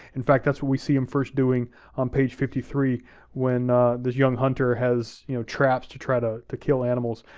in fact, that's what we see him first doing on page fifty three when this young hunter has traps to try to to kill animals,